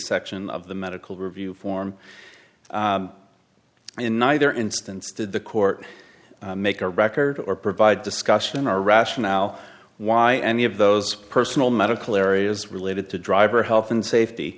section of the medical review form in neither instance did the court make a record or provide discussion or rationale why any of those personal medical areas related to driver health and safety